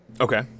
Okay